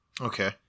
Okay